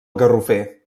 garrofer